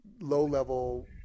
low-level